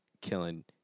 killing